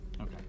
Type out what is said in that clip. Okay